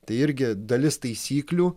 tai irgi dalis taisyklių